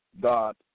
God